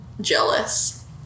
jealous